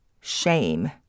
shame